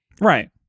right